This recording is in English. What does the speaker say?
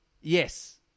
Yes